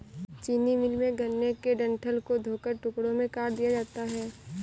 चीनी मिल में, गन्ने के डंठल को धोकर टुकड़ों में काट दिया जाता है